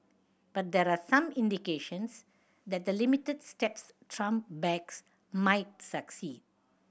but there are some indications that the limited steps Trump backs might succeed